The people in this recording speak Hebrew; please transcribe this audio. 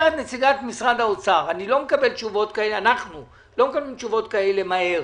אומרת נציגת משרד האוצר ואנחנו לא מקבלים תשובות כאלה מהר